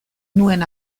nuen